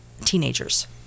teenagers